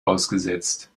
ausgesetzt